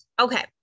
okay